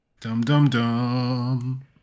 dum-dum-dum